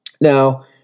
Now